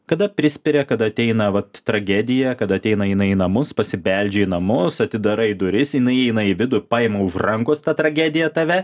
kada prispiria kada ateina vat tragedija kad ateina jinai į namus pasibeldžia į namus atidarai duris jinai įeina į vidų paima už rankos ta tragedija tave